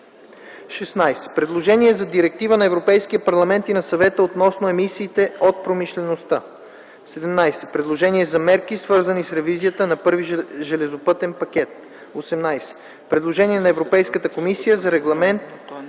16. Предложение за Директива на Европейския парламент и на Съвета относно емисиите от промишлеността. 17. Предложение за мерки, свързани с ревизията на първия железопътен пакет. 18. Предложение на Европейската комисия за Регламент